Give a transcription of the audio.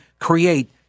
create